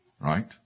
Right